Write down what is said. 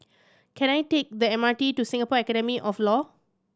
can I take the M R T to Singapore Academy of Law